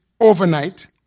overnight